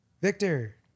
Victor